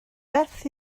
beth